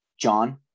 John